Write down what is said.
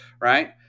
right